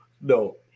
no